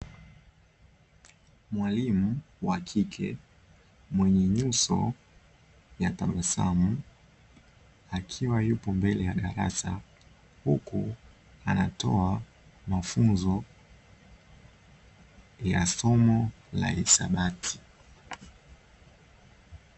Mwalimu wa kike mwenye nyuso ya tabasamu, akiwa yupo mbele ya darasa, huku anatoa mafunzo ya somo la hisabati.